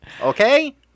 Okay